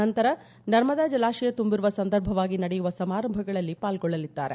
ನಂತರ ನರ್ಮದಾ ಜಲಾಶಯ ತುಂಬಿರುವ ಸಂದರ್ಭವಾಗಿ ನಡೆಯುವ ಸಮಾರಂಭಗಳಲ್ಲಿ ಪಾಲ್ಗೊಳ್ಳಲಿದ್ದಾರೆ